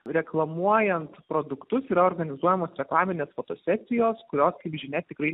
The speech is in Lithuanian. reklamuojant produktus yra organizuojamos reklaminės fotosesijos kurios kaip žinia tikrai